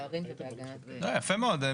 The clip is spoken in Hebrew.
לא, יפה מאוד.